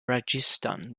rajasthan